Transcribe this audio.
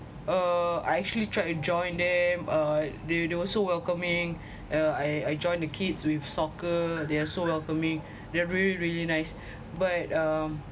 uh I actually tried to join them uh they they were so welcoming uh I I joined the kids with soccer they are so welcoming they are really really nice but um